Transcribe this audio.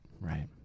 Right